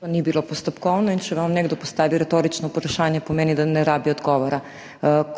To ni bilo postopkovno in če vam nekdo postavi retorično vprašanje, pomeni, da ne rabi odgovora.